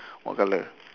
what colour